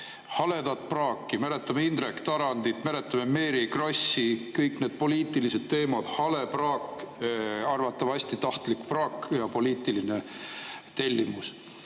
Haledat praaki! Mäletame Indrek Tarandit, mäletame Mary Krossi, kõik need poliitilised teemad – hale praak, arvatavasti tahtlik praak ja poliitiline tellimus.